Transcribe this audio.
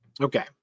Okay